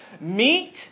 meet